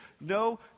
no